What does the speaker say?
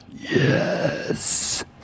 Yes